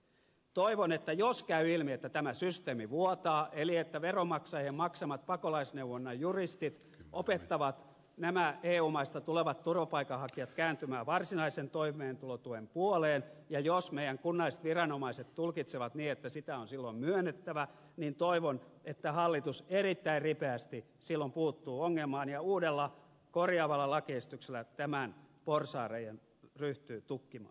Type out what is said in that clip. toivon että jos käy ilmi että tämä systeemi vuotaa eli että veronmaksajien maksamat pakolaisneuvonnan juristit opettavat nämä eu maista tulevat turvapaikanhakijat kääntymään varsinaisen toimeentulotuen puoleen ja jos meidän kunnalliset viranomaiset tulkitsevat niin että sitä on silloin myönnettävä niin toivon että hallitus erittäin ripeästi silloin puuttuu ongelmaan ja uudella korjaavalla lakiesityksellä tämän porsaanreiän ryhtyy tukkimaan